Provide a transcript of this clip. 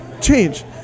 change